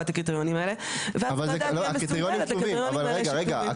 את הקריטריונים האלה והוועדה תהיה מסונדלת לקריטריונים --- רגע,